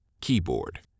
Keyboard